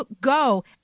go